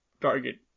target